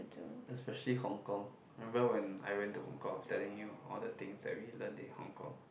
especially hong-kong remember when I went to hong-kong telling you all the things that we learn in hong-kong